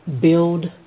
build